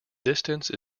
distance